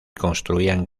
construían